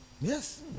Yes